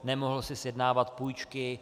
Nemohl si sjednávat půjčky.